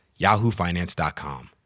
yahoofinance.com